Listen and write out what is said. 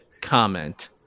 comment